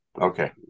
okay